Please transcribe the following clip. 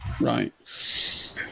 Right